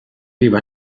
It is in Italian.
vivo